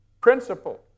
principle